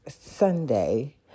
Sunday